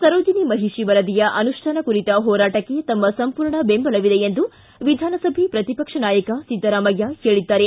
ಸರೋಜನಿ ಮಹಿಷಿ ವರದಿಯ ಅನುಷ್ಠಾನ ಕುರಿತ ಹೋರಾಟಕ್ಕೆ ತಮ್ಮ ಸಂಪೂರ್ಣ ಬೆಂಬಲ ಇದೆ ಎಂದು ವಿಧಾನಸಭೆ ಪ್ರತಿಪಕ್ಷ ನಾಯಕ ಸಿದ್ದರಾಮಯ್ಯ ಹೇಳಿದ್ದಾರೆ